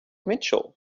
mitchell